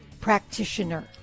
practitioner